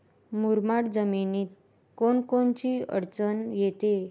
मुरमाड जमीनीत कोनकोनची अडचन येते?